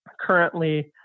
currently